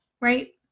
right